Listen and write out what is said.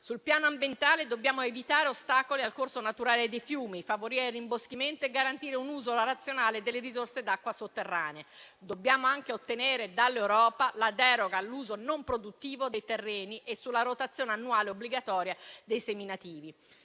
Sul piano ambientale dobbiamo evitare ostacoli al corso naturale dei fiumi, favorire il rimboschimento e garantire un uso razionale delle risorse d'acqua sotterranee. Dobbiamo anche ottenere dall'Europa deroghe all'uso non produttivo dei terreni e alla rotazione annuale obbligatoria dei seminativi.